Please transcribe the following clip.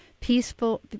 Peaceful